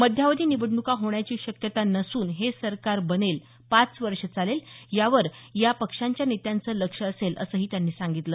मध्यावधी निवडणुका होण्याची शक्यता नसून हे सरकार बनेल पाच वर्षे चालेल यावर या पक्षांच्या नेत्यांचं लक्ष असेल असंही त्यांनी नमूद केलं